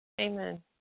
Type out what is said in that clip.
Amen